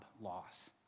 loss